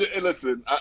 listen